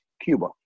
Cuba